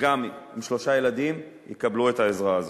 גם עם שלושה ילדים, יקבלו את העזרה הזו.